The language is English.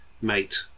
mate